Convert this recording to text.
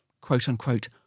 quote-unquote